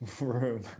room